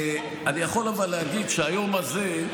אני יכול להגיד שהיום הזה,